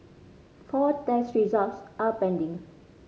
four test results are pending